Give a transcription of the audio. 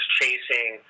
chasing